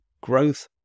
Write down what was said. growth